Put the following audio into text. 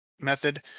method